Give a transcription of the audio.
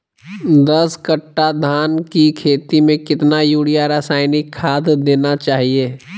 दस कट्टा धान की खेती में कितना यूरिया रासायनिक खाद देना चाहिए?